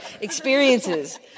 experiences